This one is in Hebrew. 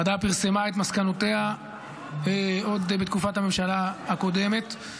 הוועדה פרסמה את מסקנותיה עוד בתקופת הממשלה הקודמת,